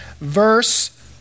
verse